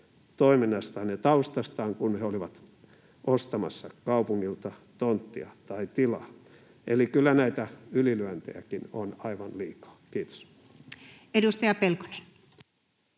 toiminnastaan ja taustastaan, kun he olivat ostamassa kaupungilta tonttia tai tilaa. Eli kyllä näitä ylilyöntejäkin on aivan liikaa. — Kiitos. [Speech